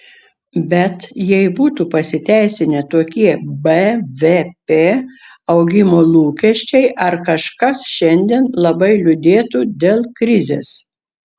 bet jei būtų pasiteisinę tokie bvp augimo lūkesčiai ar kažkas šiandien labai liūdėtų dėl krizės